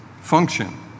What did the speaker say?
function